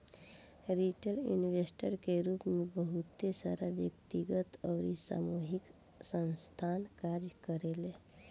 retail investor के रूप में बहुत सारा व्यक्तिगत अउरी सामूहिक संस्थासन कार्य करेले